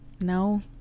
No